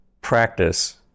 practice